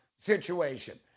Situation